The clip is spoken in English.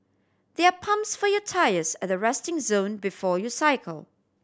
there are pumps for your tyres at the resting zone before you cycle